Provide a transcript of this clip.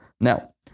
Now